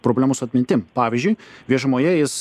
problemų su atmintim pavyzdžiui viešumoje jis